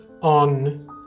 on